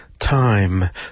Time